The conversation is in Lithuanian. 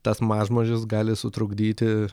tas mažmožis gali sutrukdyti